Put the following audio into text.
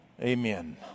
amen